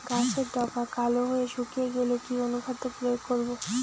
গাছের ডগা কালো হয়ে শুকিয়ে গেলে কি অনুখাদ্য প্রয়োগ করব?